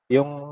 Yung